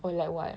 or like what